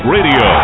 Radio